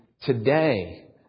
today